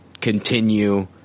continue